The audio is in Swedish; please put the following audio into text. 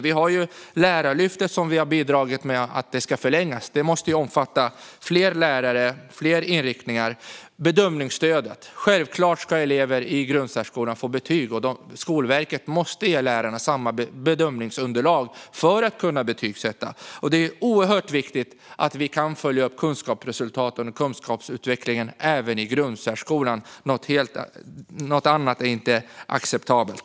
Vi har Lärarlyftet. Liberalerna har bidragit med att det ska förlängas, men det måste omfatta fler lärare och fler inriktningar. Vi har bedömningsstödet. Självklart ska elever i grundsärskolan få betyg, och Skolverket måste ge lärarna samma bedömningsunderlag för att de ska kunna betygsätta. Det är oerhört viktigt att vi kan följa upp kunskapsresultaten och kunskapsutvecklingen även i grundsärskolan. Något annat är inte acceptabelt.